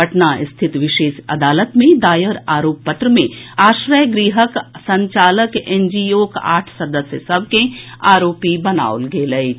पटना स्थित विशेष अदालत मे दायर आरोप पत्र मे आश्रय गृहक संचालक एनजीओक आठ सदस्य सभ के आरोपी बनाओल गेल अछि